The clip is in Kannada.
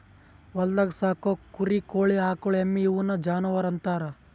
ಹೊಲ್ದಾಗ್ ಸಾಕೋ ಕುರಿ ಕೋಳಿ ಆಕುಳ್ ಎಮ್ಮಿ ಇವುನ್ ಜಾನುವರ್ ಅಂತಾರ್